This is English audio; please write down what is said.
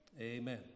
Amen